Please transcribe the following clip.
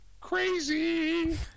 crazy